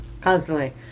constantly